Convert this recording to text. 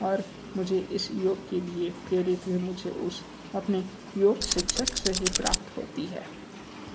और मुझे इस योग के लिए प्रेरित भी मुझे उस अपने योग शिक्षक से ही प्राप्त होती है